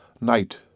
night